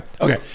Okay